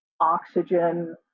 oxygen